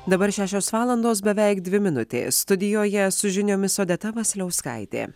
dabar šešios valandos beveik dvi minutės studijoje su žiniomis odeta vasiliauskaitė